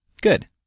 Good